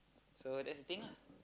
so that's the thing lah